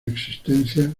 existencia